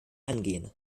angehen